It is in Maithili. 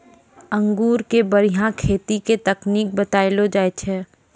अंगूर के बढ़िया खेती के तकनीक बतइलो जाय छै